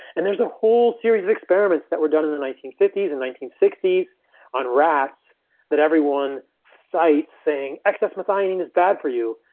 and there's a whole series of experiments that were done in the nineteen fifty s and nineteen sixty s on rats that everyone cites saying, excess methionine is bad for you.